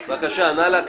בבקשה, נא להקריא.